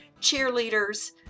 cheerleaders